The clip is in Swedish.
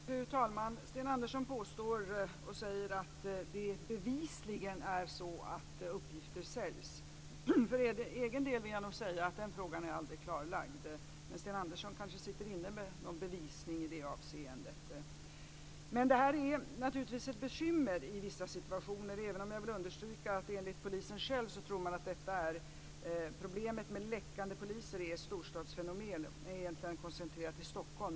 Fru talman! Sten Andersson påstår att det bevisligen är så att uppgifter säljs. För egen del vill jag nog säga att den frågan aldrig är klarlagd. Men Sten Andersson kanske sitter inne med någon bevisning i det avseendet. Det här är naturligtvis ett bekymmer i vissa situationer, även om jag vill understryka att polisen själv tror att problemet med läckande poliser är ett storstadsfenomen, egentligen koncentrerat till Stockholm.